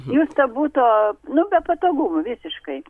jūs tą butą nu be patogumų visiškai